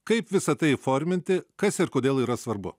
kaip visa tai įforminti kas ir kodėl yra svarbu